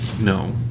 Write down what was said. no